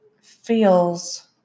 feels